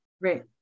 Right